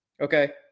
Okay